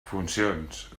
funcions